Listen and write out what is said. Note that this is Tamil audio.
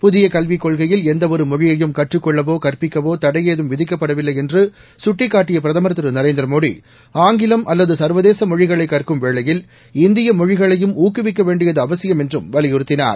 புதிய கல்விக் கொள்கையில் எந்தவொரு மொழியையும் கற்றுக்கொள்ளவோ கற்பிக்கவோ தடையேதும் விதிக்கப்படவில்லை என்று சுட்டிக்காட்டிய பிரதமர் திரு நரேந்திர மோடி ஆங்கிலம் அல்லது சர்வதேச மொழிகளை கற்கும் வேளையில் இந்திய மொழிகளையும் ஊக்குவிக்க வேண்டியது அவசியம் என்றும் வலியுறுத்தினார்